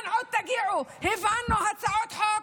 לאן עוד תגיעו?